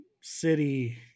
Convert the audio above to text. City